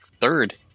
third